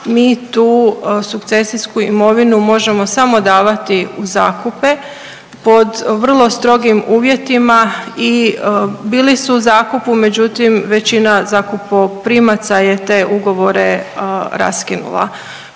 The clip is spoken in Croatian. mi tu sukcesijsku imovinu možemo samo davati u zakupe pod vrlo strogim uvjetima i bili su zakupu međutim većina zakupoprimaca je te ugovore raskinula.